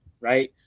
right